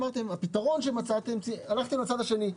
אמרתם: בפתרון שמצאתם הלכתם לצד השני,